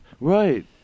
Right